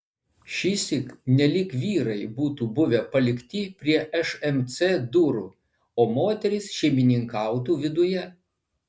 šįsyk nelyg vyrai būtų buvę palikti prie šmc durų o moterys šeimininkautų viduje